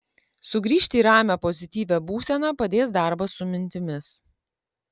sugrįžti į ramią pozityvią būseną padės darbas su mintimis